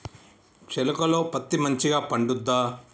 చేలుక లో పత్తి మంచిగా పండుద్దా?